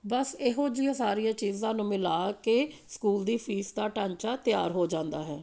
ਬਸ ਇਹੋ ਜਿਹੀਆਂ ਸਾਰੀਆਂ ਚੀਜ਼ਾਂ ਨੂੰ ਮਿਲਾ ਕੇ ਸਕੂਲ ਦੀ ਫੀਸ ਦਾ ਢਾਂਚਾ ਤਿਆਰ ਹੋ ਜਾਂਦਾ ਹੈ